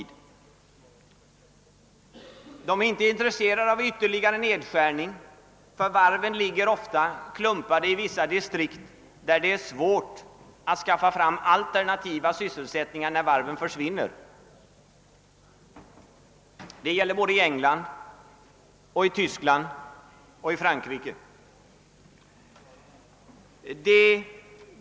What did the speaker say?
De är inte intresserade av någon ytterligare nedskärning, eftersom varven ofta ligger samlade i vissa distrikt där det är svårt att skaffa fram nya sysselsättningar om varven försvinner. Detta gäller såväl i England som i Tyskland och Frankrike.